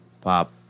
pop